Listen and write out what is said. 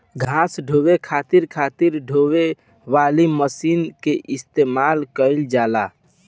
घास ढोवे खातिर खातिर ढोवे वाली मशीन के इस्तेमाल कइल जाला